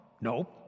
No